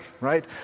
right